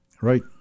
Right